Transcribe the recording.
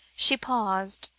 she paused,